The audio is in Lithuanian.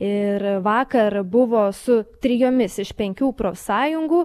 ir vakar buvo su trijomis iš penkių profsąjungų